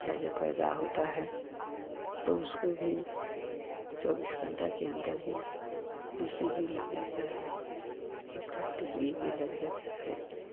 बच्चा जब पैदा होता है तो उसको भी चौबीस घंटा के अंदर ही बी सी जी लग जाता है हेपटाइटिस बी भी लग जाता है